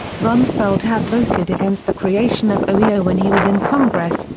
rumsfeld had voted against the creation of oeo when he was in congress,